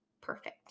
perfect